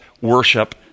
worship